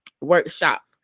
workshop